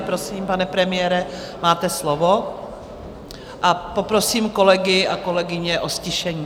Prosím, pane premiére, máte slovo, a poprosím kolegy a kolegyně o ztišení.